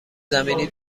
زمینی